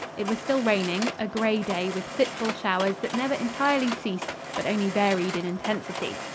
it was still raining a gray day with fitful showers that never entirely ceased but only varied in intensity.